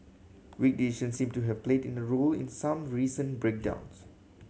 weak design seems to have played a role in some recent breakdowns